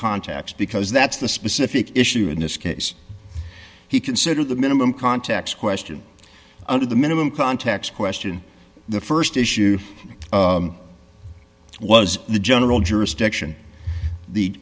contacts because that's the specific issue in this case he considered the minimum context question under the minimum context question the st issue was the general jurisdiction the